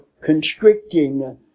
constricting